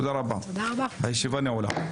הישיבה נעולה.